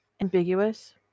ambiguous